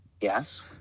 Yes